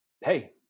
Hey